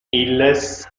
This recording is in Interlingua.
illes